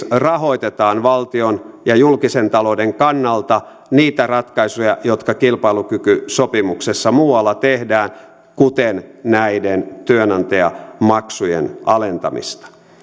rahoitetaan valtion ja julkisen talouden kannalta niitä ratkaisuja jotka kilpailukykysopimuksessa muualla tehdään kuten näiden työnantajamaksujen alentamista